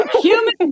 human